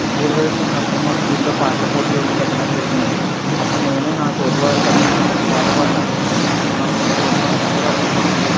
school వయసులో ఉన్నప్పుడు మా స్కూల్లో పాటలు పోటీ ఒకటి పెట్టడం జరిగింది అప్పుడు నేను నా తోటి వారు కలిసి మేము ఒక పాట పాడినందుకు మాకు మంచి బహుమానం ఇచ్చారు అప్పుడు మాకు